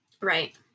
Right